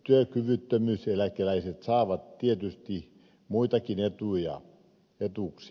työkyvyttömyyseläkeläiset saavat tietysti muitakin etuuksia